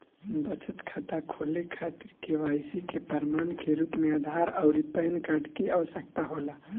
बचत खाता खोले खातिर के.वाइ.सी के प्रमाण के रूप में आधार आउर पैन कार्ड की आवश्यकता होला